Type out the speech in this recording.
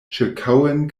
ĉirkaŭen